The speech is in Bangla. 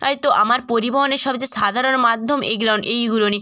তাই তো আমার পরিবহনের সবচেয়ে সাধারণ মাধ্যম এইগুলো এইগুলো নিই